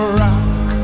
rock